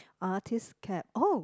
artist cap oh